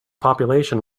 population